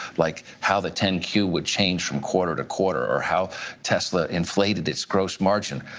like, how the ten q would change from quarter to quarter or how tesla inflated its gross margin.